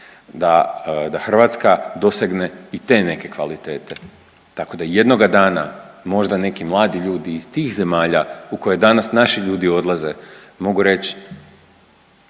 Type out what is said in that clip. da Hrvatska dosegne i te neke kvalitete, tako da jednoga dana možda neki mladi ljudi iz tih zemalja u koje danas naši ljudi odlaze mogu reć,